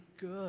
good